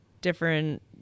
different